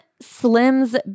Slim's